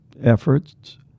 efforts